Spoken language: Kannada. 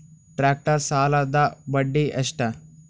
ಟ್ಟ್ರ್ಯಾಕ್ಟರ್ ಸಾಲದ್ದ ಬಡ್ಡಿ ಎಷ್ಟ?